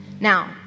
Now